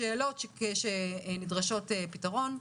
השאלות שנדרשות לפתרון,